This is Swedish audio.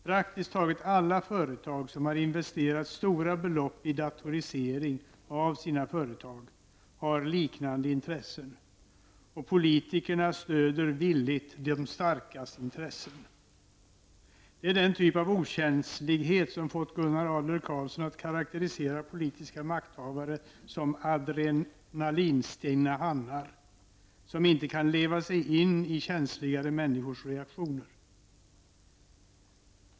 Praktiskt taget alla företag som har investerat stora belopp i datorisering av sina företag har liknande intressen, och politikerna stöder villigt de starkas intressen. Detta är den typ av okänslighet som fått Gunnar Adler Karlsson att karakterisera politiska makthavare som ''adrenalinstinna hannar'', som inte kan leva sig in i känsligare människors reaktioner.